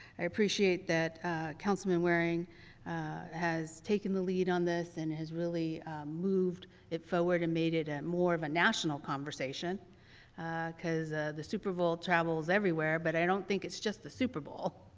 i appreciate that councilman waring has taken the lead on this and has really moved it forward and made it more of a national conversation because ah the super bowl travels every where but i don't think it's just the super bowl,